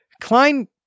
Klein